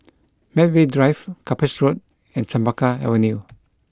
Medway Drive Cuppage Road and Chempaka Avenue